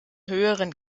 höheren